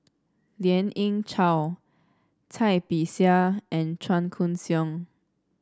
Lien Ying Chow Cai Bixia and Chua Koon Siong